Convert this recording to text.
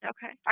Okay